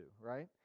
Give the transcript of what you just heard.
right